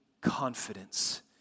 confidence